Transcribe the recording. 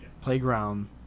Playground